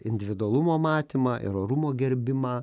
individualumo matymą ir orumo gerbimą